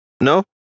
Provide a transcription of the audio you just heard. No